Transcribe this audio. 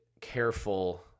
careful